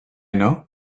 know